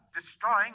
destroying